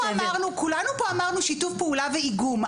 כולנו פה אמרנו שיתוף פעולה ואיגום,